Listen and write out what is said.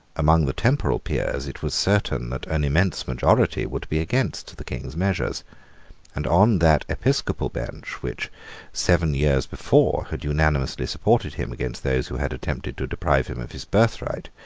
among the temporal peers it was certain that an immense majority would be against the king's measures and on that episcopal bench, which seven years before had unanimously supported him against those who had attempted to deprive him of his birthright,